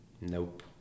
Nope